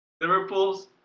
Liverpool's